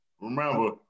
remember